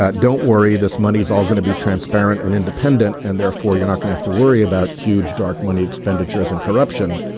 ah don't worry this money is all going to be transparent and independent and therefore you're not gonna have to worry about huge dark money expenditures and corruption.